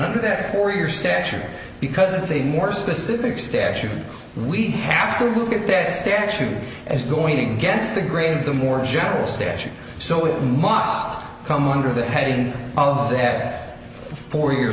number that for your stature because it's a more specific statute we have to look at that statute as going against the grain of the more general statute so it must come under the heading of that for your